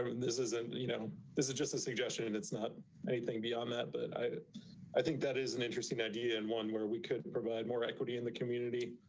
um and this isn't you know this is just a suggestion, and it's not anything beyond that, but i i think that is an interesting idea, and one where we could provide more equity in the community.